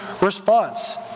response